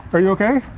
are you okay?